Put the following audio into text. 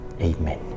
Amen